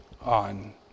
on